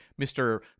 Mr